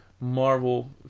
Marvel